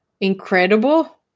incredible